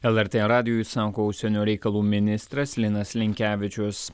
lrt radijui sako užsienio reikalų ministras linas linkevičius